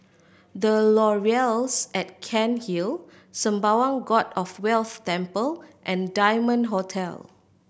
The Laurels at Cairnhill Sembawang God of Wealth Temple and Diamond Hotel